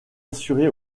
assuré